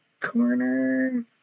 corner